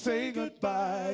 say goodbye